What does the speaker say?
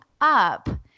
up